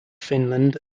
finland